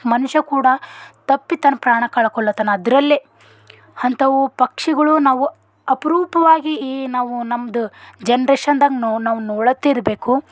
ಮನುಷ್ಯ ಕೂಡ ತಪ್ಪಿ ತನ್ನ ಪ್ರಾಣ ಕಳ್ಕೊಳ್ಳತ್ತಾನೆ ಅದರಲ್ಲೇ ಅಂಥವು ಪಕ್ಷಿಗಳು ನಾವು ಅಪರೂಪವಾಗಿ ಈ ನಾವು ನಮ್ಮದು ಜನ್ರೇಷನ್ದಾಗ ನಾವು ನೋಡ್ಲತ್ತಿರಬೇಕು